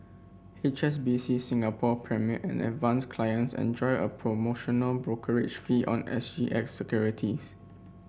H S B C Singapore Premier and Advance clients enjoy a promotional brokerage fee on S G X securities